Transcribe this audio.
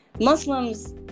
muslims